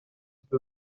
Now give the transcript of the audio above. peu